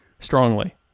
Strongly